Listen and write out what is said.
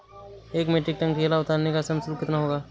एक metric tonne केला उतारने का श्रम शुल्क कितना होगा?